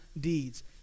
deeds